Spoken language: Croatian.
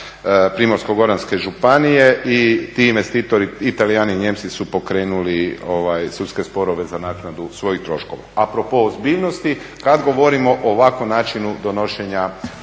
Primorsko-goranske županije i ti investitori i Talijani i Nijemci su pokrenuli sudske sporove za naknadu svojih troškova. A propos ozbiljnosti, kada govorimo o ovakvom načinu donošenja